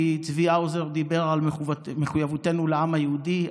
כי צבי האוזר דיבר על מחויבותנו לעם היהודי.